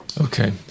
okay